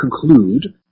conclude